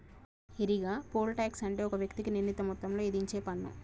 ఈరిగా, poll tax అంటే ఒక వ్యక్తికి నిర్ణీత మొత్తంలో ఇధించేపన్ను